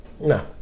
No